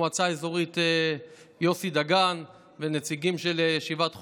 את ראש המועצה האזורית יוסי דגן ונציגים של ישיבת חומש,